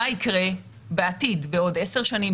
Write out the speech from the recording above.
מה יקרה בעתיד, בעוד 10 שנים?